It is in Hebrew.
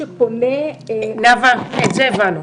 את זה הבנו.